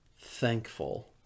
thankful